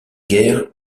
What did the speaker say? guerre